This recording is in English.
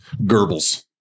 Goebbels